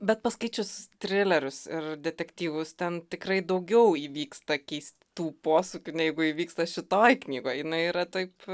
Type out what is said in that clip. bet paskaičius trilerius ir detektyvus ten tikrai daugiau įvyksta keistų posūkių negu įvyksta šitoj knygoj jinai yra taip